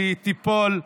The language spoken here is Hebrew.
היא תיפול.